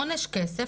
עונש כסף,